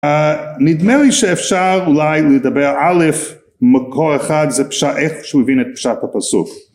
נדמה לי שאפשר אולי לדבר א' מקור אחד זה פשט איך שהוא הבין את פשט הפסוק